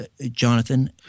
Jonathan